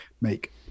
make